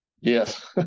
Yes